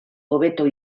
hobeto